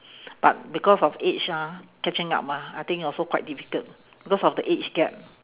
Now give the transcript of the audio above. but because of age ah catching up ah I think also quite difficult because of the age gap